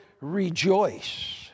rejoice